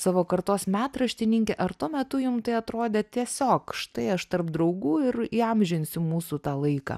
savo kartos metraštininkė ar tuo metu jum tai atrodė tiesiog štai aš tarp draugų ir įamžinsiu mūsų tą laiką